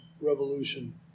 revolution